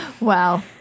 Wow